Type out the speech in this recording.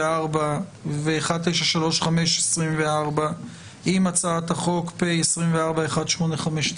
ו-1934/24 עם הצעת החוק פ/1859/24.